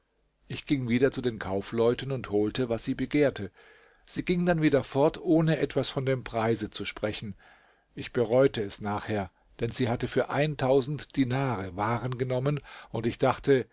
ich ging wieder zu den kaufleuten und holte was sie begehrte sie ging dann wieder fort ohne etwas von dem preise zu sprechen ich bereute es nachher denn sie hatte für dinare waren genommen und ich dachte